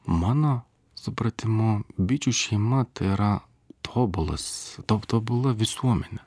mano supratimu bičių šeima tai yra tobulas tobula visuomenė